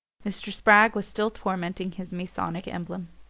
mr. spragg was still tormenting his masonic emblem.